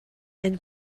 and